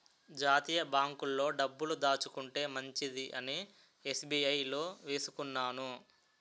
జాతీయ బాంకుల్లో డబ్బులు దాచుకుంటే మంచిదని ఎస్.బి.ఐ లో వేసుకున్నాను